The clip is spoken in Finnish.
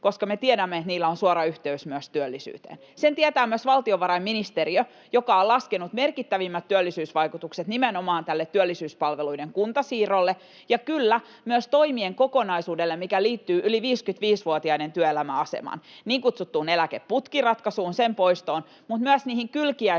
koska me tiedämme, että niillä on suora yhteys myös työllisyyteen. [Ben Zyskowicz: Totta!] Sen tietää myös valtiovarainministeriö, joka on laskenut merkittävimmät työllisyysvaikutukset nimenomaan tälle työllisyyspalveluiden kuntasiirrolle ja — kyllä — myös toimien kokonaisuudelle, mikä liittyy yli 55-vuotiaiden työelämäasemaan, niin kutsuttuun eläkeputkiratkaisuun, sen poistoon, mutta myös niihin kylkiäistoimiin,